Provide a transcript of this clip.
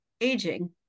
aging